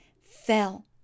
fell